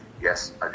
Yes